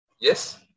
Yes